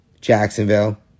Jacksonville